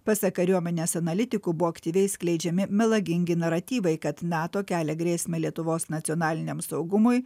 pasak kariuomenės analitikų buvo aktyviai skleidžiami melagingi naratyvai kad nato kelia grėsmę lietuvos nacionaliniam saugumui